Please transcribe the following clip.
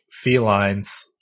felines